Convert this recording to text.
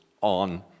on